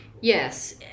Yes